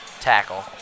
tackle